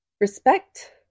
respect